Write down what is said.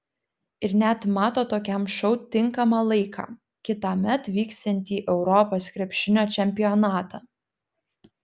ir net mato tokiam šou tinkamą laiką kitąmet vyksiantį europos krepšinio čempionatą